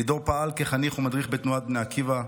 לידור פעל כחניך ומדריך בתנועת בני עקיבא.